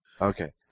Okay